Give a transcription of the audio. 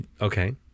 Okay